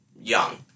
young